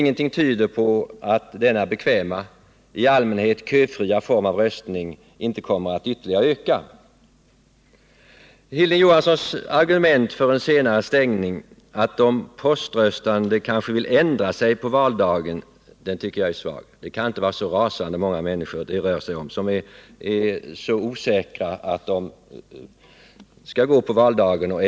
Ingenting tyder på att denna 101 bekväma och i allmänhet köfria form av röstning inte kommer att öka ytterligare. Hilding Johanssons argument för en senare stängning, att poströstande kanske vill ändra sig på valdagen, tycker jag är mycket svagt. Det kan inte vara så många som är så osäkra att de ändrar sig på valdagen.